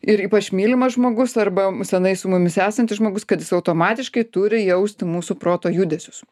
ir ypač mylimas žmogus arba senai su mumis esantis žmogus kad jis automatiškai turi jausti mūsų proto judesius